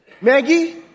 Maggie